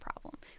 problem